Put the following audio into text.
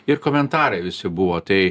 ir komentarai visi buvo tai